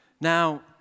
Now